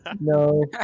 No